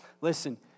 Listen